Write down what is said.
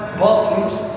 bathrooms